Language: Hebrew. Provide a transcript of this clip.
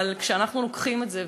אבל כשאנחנו לוקחים את זה,